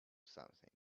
something